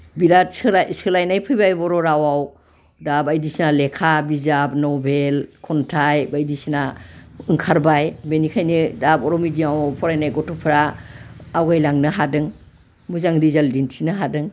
बिराद सोलाय सोलायनाय फैबाय बर' रावआव दा बायदिसिना लेखा बिजाब नभेल खन्थाइ बायदिसिना ओंखारबाय बेनिखायनो दा बर' मिडियामाव फरायनाय गथ'फ्रा आवगायलांनो हादों मोजां रिजाल्ट दिन्थिनो हादों